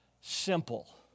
simple